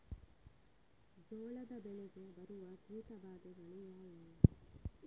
ಜೋಳದ ಬೆಳೆಗೆ ಬರುವ ಕೀಟಬಾಧೆಗಳು ಯಾವುವು?